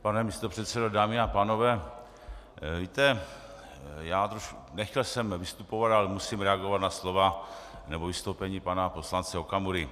Pane místopředsedo, dámy a pánové, víte, nechtěl jsem vystupovat, ale musím reagovat na slova nebo vystoupení pana poslance Okamury.